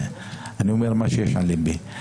אני אומר מה שיש על ליבי.